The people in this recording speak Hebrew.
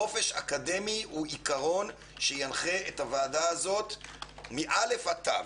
חופש אקדמי הוא עיקרון שינחה את הוועדה הזאת מ-א' עד ת'.